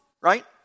right